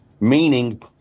meaning